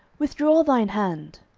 withdraw thine hand.